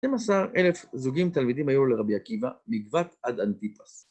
12,000 זוגים תלמידים היו לרבי עקיבא, מגבת עד אנטיפס.